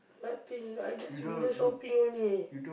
nothing I just window shopping only